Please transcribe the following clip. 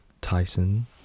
Tyson